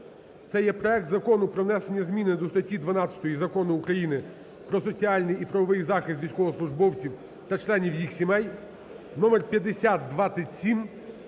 Це є проект Закону про внесення зміни до статті 12 Закону України "Про соціальний і правовий захист військовослужбовців та членів їх сімей" (номер 5027).